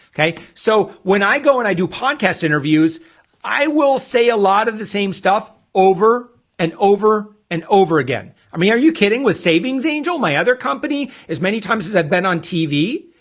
okay so when i go and i do podcast interviews i will say a lot of the same stuff over and over and over again i mean, are you kidding with savings angel my other company as many times as i've been on tv?